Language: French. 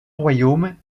royaume